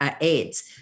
AIDS